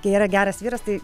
kai yra geras vyras tai